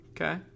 Okay